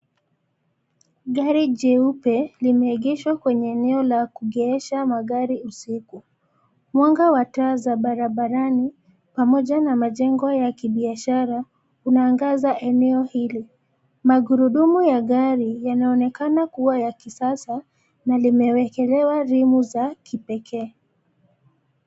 Gari jeupe limeegeshwa kwenye eneo la kuegesha magari usiku. Mwanga wa taa za barabarani pamoja na majengo ya kibiashara yanaangaza eneo hili. Magurudumu ya gari yanaonekana kuwa ya kisasa na limewekelewa rimu za kipekee.